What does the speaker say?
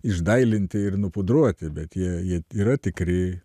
išdailinti ir nupudruoti bet jie jie yra tikri